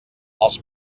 els